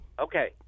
Okay